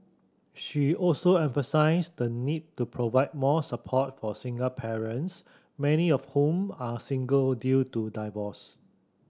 she also emphasised the need to provide more support for single parents many of whom are single due to divorce